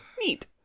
Neat